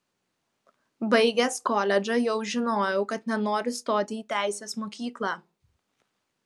baigęs koledžą jau žinojau kad nenoriu stoti į teisės mokyklą